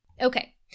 Okay